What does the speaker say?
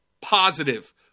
positive